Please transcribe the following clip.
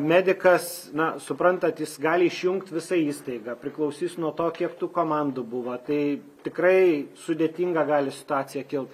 medikas na suprantat jis gali išjungt visą įstaigą priklausys nuo to kiek tų komandų buvo tai tikrai sudėtinga gali situacija kilt